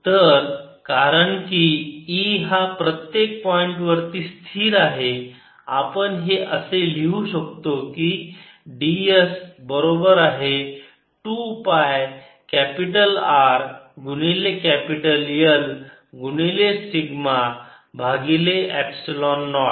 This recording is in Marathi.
तर कारण की E हा प्रत्येक पॉईंटवरती स्थिर आहे आपण हे असे लिहू शकतो की ds बरोबर आहे 2 पाय कॅपिटल R गुणिले कॅपिटल L गुणिले सिग्मा भागिले एप्सिलॉन नॉट